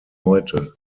heute